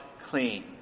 clean